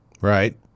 Right